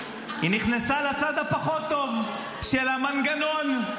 היא נכנסה לצד הפחות-טוב של המנגנון.